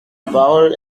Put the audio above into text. parole